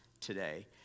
today